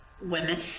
women